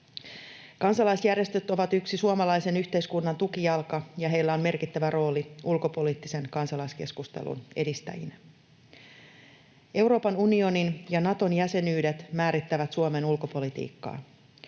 Kansalaisjärjestöt ovat yksi suomalaisen yhteiskunnan tukijalka, ja heillä on merkittävä rooli ulkopoliittisen kansalaiskeskustelun edistäjinä. Euroopan unionin ja Naton jäsenyydet määrittävät Suomen ulkopolitiikkaa.